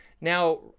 Now